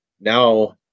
now